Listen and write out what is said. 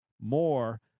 more